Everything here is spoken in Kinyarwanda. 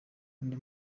undi